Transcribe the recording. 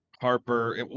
Harper